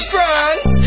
France